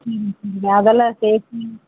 சரிங்க சரிங்க அதெல்லாம் சேஃப்ட்டி